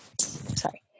Sorry